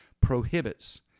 prohibits